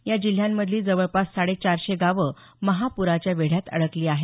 या जिल्ह्यांमधली जवळपास साडे चारशे गावं महाप्राच्या वेढ्यात अडकली आहेत